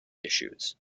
issues